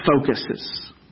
focuses